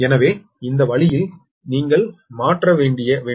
எனவே இந்த வழியில் நீங்கள் மாற்ற வேண்டும்